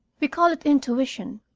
we call it intuition,